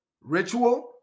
ritual